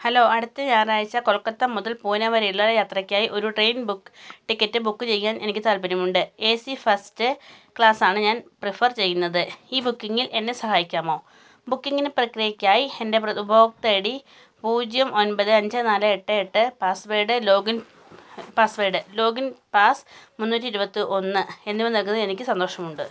hello അടുത്ത ഞായറാഴ്ച കൊൽക്കത്ത മുതൽ പൂനെ വരെയുള്ള യാത്രയ്ക്കായി ഒരു ട്രെയിൻ ബുക്ക് ടിക്കറ്റ് ബുക്ക് ചെയ്യാൻ എനിക്കു താല്പര്യമുണ്ട് എ സി ഫസ്റ്റ് ക്ലാസാണ് ഞാൻ പ്രിഫർ ചെയ്യുന്നത് ഈ ബുക്കിങ്ങിൽ എന്നെ സഹായിക്കാമോ ബുക്കിങ്ങിനു പ്രക്രിയയ്ക്കായി എൻ്റെ ഉപഭോക്തൃ ഐ ഡി പൂജ്യം ഒന്പത് അഞ്ച് നാല് എട്ട് എട്ട് പാസ്സ്വേർഡ് ലോഗിൻ പാസ്സ്വേർഡ് ലോഗിൻ മുന്നൂറ്റി ഇരുപത്തി ഒന്ന് എന്നിവ നൽകുന്നതിൽ എനിക്ക് സന്തോഷമുണ്ട്